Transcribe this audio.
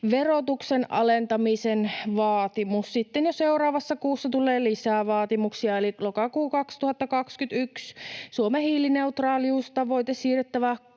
Verotuksen alentamisen vaatimus. Sitten jo seuraavassa kuussa tulee lisää vaatimuksia. Eli lokakuu 2021: Suomen hiilineutraaliustavoite siirrettävä